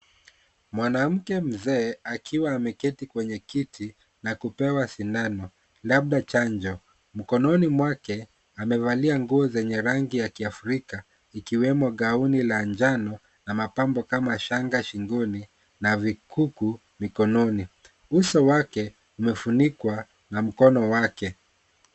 Mwanamke mzee akiwa ameketi kwenye kiti na kupewa sindano, labda chanjo, mkononi mwake amevalia nguo zenye rangi ya kiafrika ikiwemo gauni la njano na mapambo kama shanga shingoni na vikuku mikononi. Uso wake umefunikwa na mkono wake,